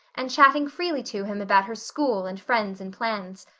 and chatting freely to him about her school and friends and plans.